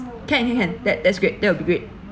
can can can that that's great that would be great